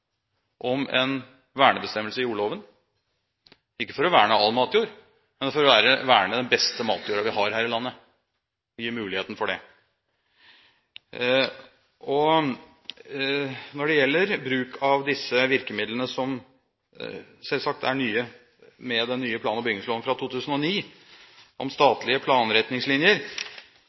om en vernebestemmelse i jordlova, ikke for å verne all matjord, men for å gi muligheten til å verne den beste matjorda vi har her i landet? Når det gjelder bruk av virkemidlene, som selvsagt er nye med den nye plan- og bygningsloven fra 2009 om statlige planretningslinjer,